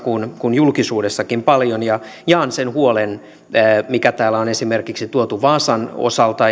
kuin julkisuudessakin paljon ja jaan sen huolen mikä täällä on esimerkiksi tuotu vaasan osalta